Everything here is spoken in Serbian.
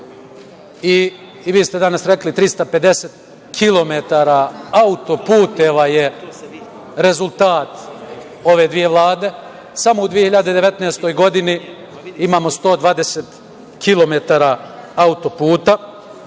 i vi ste danas rekli 350 km autoputeva je rezultat ove dve vlade. Samo u 2019. godini imamo 120 km autoputa